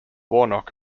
warnock